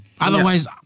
Otherwise